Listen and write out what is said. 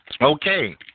Okay